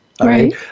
Right